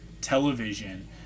television